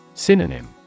Synonym